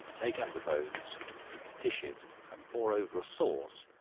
take out the bones dish it, and pour over a sauce,